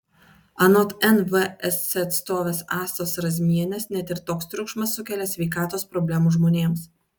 anot nvsc atstovės astos razmienės net ir toks triukšmas sukelia sveikatos problemų žmonėms